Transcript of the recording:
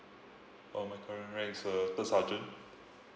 oh my current rank is uh third sergeant